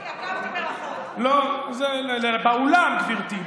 עקבתי, עקבתי מרחוק, באולם, באולם, גברתי.